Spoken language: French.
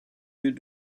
yeux